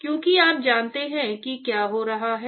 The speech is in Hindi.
क्योंकि आप जानते हैं कि क्या हो रहा है